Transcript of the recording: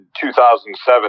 2007